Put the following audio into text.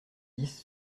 dix